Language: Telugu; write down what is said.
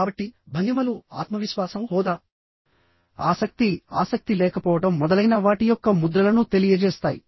కాబట్టి భంగిమలు ఆత్మవిశ్వాసంహోదా ఆసక్తి ఆసక్తి లేకపోవడం మొదలైన వాటి యొక్క ముద్రలను తెలియజేస్తాయి